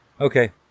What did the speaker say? Okay